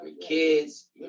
kids